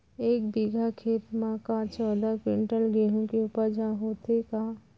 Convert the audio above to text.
एक बीघा खेत म का चौदह क्विंटल गेहूँ के उपज ह होथे का?